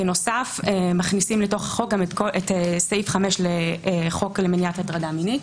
בנוסף מכניסים לתוך החוק את סעיף 5 לחוק למניעת הטרדה מינית.